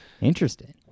Interesting